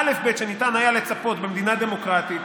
האלף-בית שניתן היה לצפות במדינה דמוקרטית